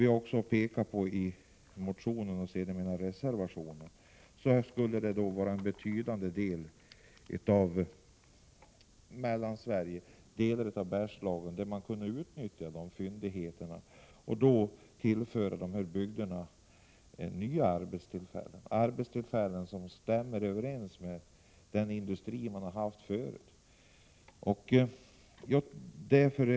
Vi pekar i vår motion, och också i vår reservation, på att man skulle kunna utnyttja fyndigheterna av industrimineraler i Mellansverige, i delar av Bergslagen, och tillföra dessa bygder nya arbetstillfällen, arbetstillfällen som stämmer överens med den industri man har haft förut.